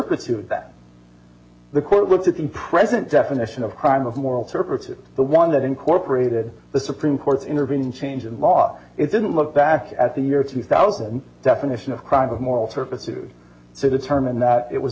turpitude that the court looked at the present definition of crime of moral services the one that incorporated the supreme court's intervening change in law it didn't look back at the year two thousand definition of crime of moral surfaces to determine that it was